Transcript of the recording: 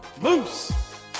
moose